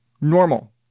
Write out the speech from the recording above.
normal